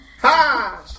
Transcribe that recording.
Ha